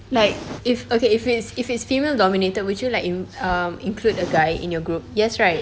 like if okay if it's if it's female dominated would you like in~ um include the guy in your group yes right